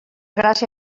gràcia